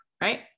right